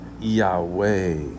Yahweh